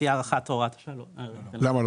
למה לא?